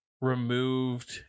removed